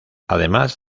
además